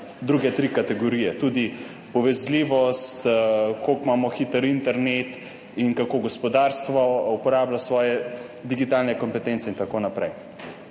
druge tri kategorije, tudi povezljivost, koliko hiter internet imamo in kako gospodarstvo uporablja svoje digitalne kompetence in tako naprej.